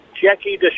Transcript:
Jackie